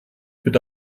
bitte